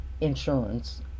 insurance